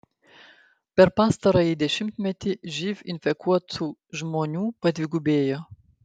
per pastarąjį dešimtmetį živ infekuotų žmonių padvigubėjo